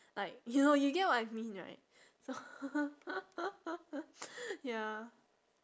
like you know you get what I mean right ya